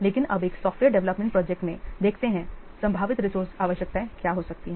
लेकिन अब एक सॉफ्टवेयर डेवलपमेंट प्रोजेक्ट में देखते हैं संभावित रिसोर्से आवश्यकताएं क्या हो सकती हैं